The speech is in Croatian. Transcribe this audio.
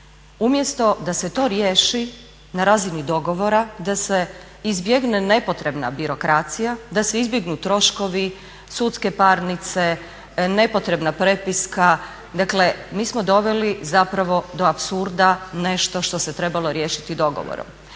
umjesto da se to riješi na razini dogovora da se izbjegne nepotrebna birokracija, da se izbjegnu troškovi, sudske parnice, nepotrebna prepiska. Dakle mi smo doveli zapravo do apsurda nešto što se trebalo riješiti dogovorom.